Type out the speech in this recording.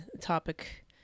topic